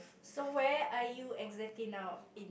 so where are you exactly now in